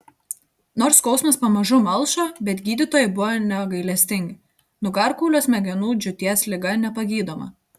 nors skausmas pamažu malšo bet gydytojai buvo negailestingi nugarkaulio smegenų džiūties liga nepagydoma